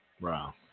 Wow